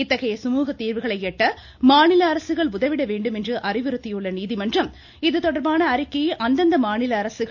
இத்தகைய சுமூகத்தீர்வுகளை எட்ட மாநில அரசுகள் உதவவேண்டும் என்று அறிவுறுத்தியுள்ள நீதிமன்றம் இதுதொடர்பான அறிக்கையை அந்தந்த மாநில அரசுகள்